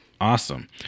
Awesome